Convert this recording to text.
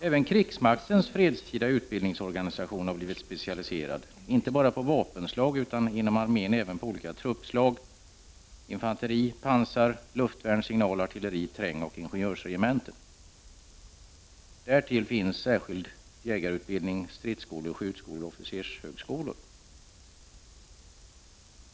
Även krigsmaktens fredstida utbildningsorganisation har blivit specialiserad, inte bara på vapenslag utan inom armén även på olika truppslag: infanteri-, pansar-, luftvärns-, signal-, artilleri-, trängoch ingenjörsregementen. Därtill finns särskild jägarutbildning, stridsskolor, skjutskolor och officershögskolor.